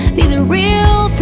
these are real